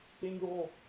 single